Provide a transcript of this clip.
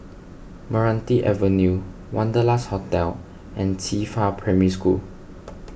Meranti Avenue Wanderlust Hotel and Qifa Primary School